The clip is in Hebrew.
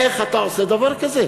איך אתה עושה דבר כזה?